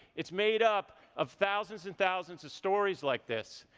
it's made up of thousands and thousands of stories like this,